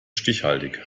stichhaltig